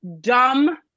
dumb